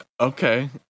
Okay